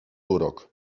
urok